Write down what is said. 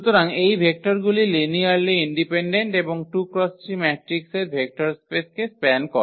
সুতরাং এই ভেক্টরগুলি লিনিয়ারলি ইন্ডিপেন্ডেন্ট এবং 2 × 3 ম্যাট্রিকের ভেক্টর স্পেসকে স্প্যান করে